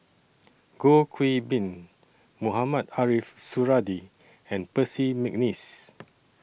Goh Qiu Bin Mohamed Ariff Suradi and Percy Mcneice